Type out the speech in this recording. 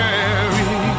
Mary